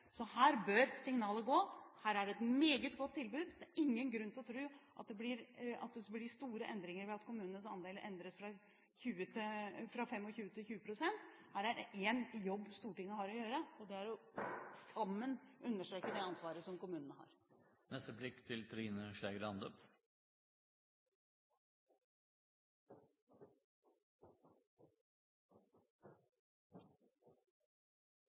Så her bør signalet gå. Her er det et meget godt tilbud. Det er ingen grunn til å tro at det blir store endringer ved at kommunenes andel endres fra 25 til 20 pst. Her er det én jobb Stortinget har å gjøre, og det er sammen å understreke det ansvaret som kommunene har.